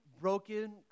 broken